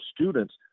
students